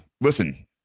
listen